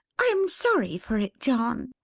i am sorry for it, john,